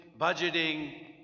budgeting